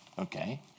Okay